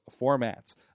formats